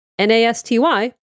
N-A-S-T-Y